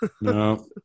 No